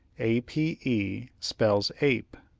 a p e spells ape.